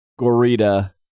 Gorita